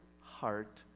heart